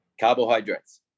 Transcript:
Carbohydrates